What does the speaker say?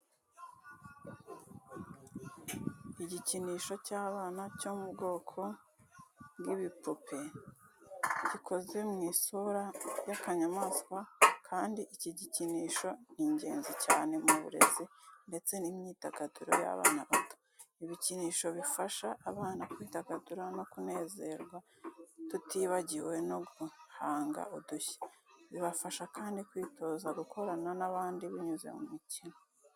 Igikinisho cy’abana cyo mu bwoko bw'ibipupe gikoze mu isura y'akanyamaswa kandi iki gikinisho ni ingenzi cyane mu burezi ndetse n’imyidagaduro y’abana bato. Ibikinisho bifasha abana kwidagadura no kunezerwa tutibagiwe no guhanga udushya. Bibafasha kandi kwitoza gukorana n’abandi binyuze mu mikino.